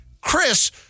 Chris